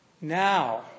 Now